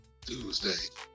Tuesday